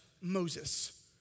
Moses